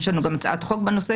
יש לנו גם הצעת חוק בנושא.